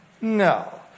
No